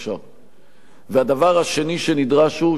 והדבר השני שנדרש הוא שנפסיק להיתמם,